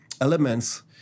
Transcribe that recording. elements